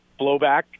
blowback